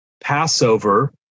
Passover